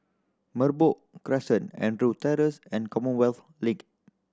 Merbok Crescent Andrew Terrace and Commonwealth Link